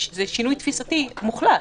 זה שינוי תפיסתי מוחלט.